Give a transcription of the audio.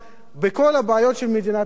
בכל הבעיות של מדינת ישראל.